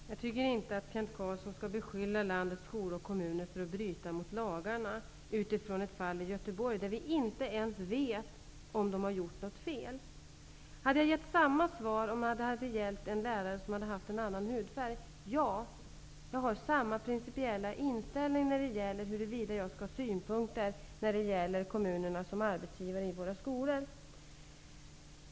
Fru talman! Jag tycker inte att Kent Carlsson skall beskylla landets skolor och kommuner för att bryta mot lagarna utifrån ett fall i Göteborg, där vi inte ens vet om de har gjort något fel. Kent Carlsson frågar om jag hade gett samma svar om detta hade gällt en lärare med annan hudfärg. Svaret är ja. Jag har samma principiella inställning till huruvida jag bör ha några synpunkter på hur kommunerna fungerar som arbetsgivare i våra skolor.